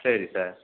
சரி சார்